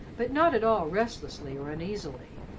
but not at all restlessly or uneasily.